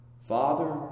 Father